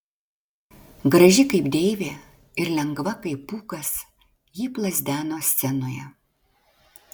graži kaip deivė ir lengva kaip pūkas ji plazdeno scenoje